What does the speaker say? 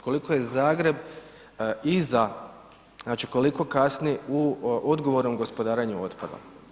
Koliko je Zagreb iza, znači koliko kasni u odgovornom gospodarenju otpadom.